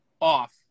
off